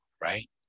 right